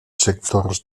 sectors